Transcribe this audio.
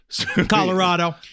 Colorado